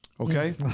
Okay